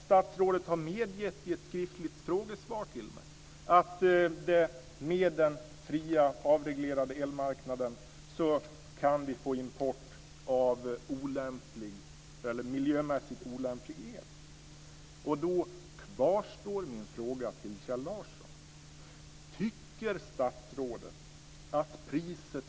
Statsrådet har också medgett i ett skriftligt frågesvar till mig att vi, med den fria avreglerade elmarknaden, kan få import av miljömässigt olämplig el. Då kvarstår min fråga till Kjell Larsson.